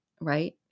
right